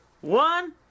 One